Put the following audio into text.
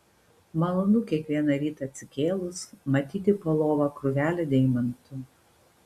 malonu kiekvieną rytą atsikėlus matyti po lova krūvelę deimantų